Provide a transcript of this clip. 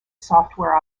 software